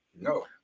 No